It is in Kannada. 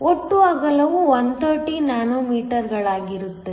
ಒಟ್ಟು ಅಗಲವು 130 ನ್ಯಾನೊಮೀಟರ್ಗಳಾಗಿರುತ್ತದೆ